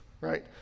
right